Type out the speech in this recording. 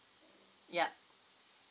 yup